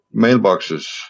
mailboxes